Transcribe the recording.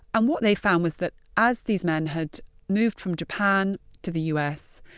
and what they found was that as these men had moved from japan to the u s.